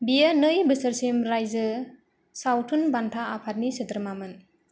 बियो नै बोसोरसिम रायजो सावथुन बान्था आफादनि सोद्रोमामोन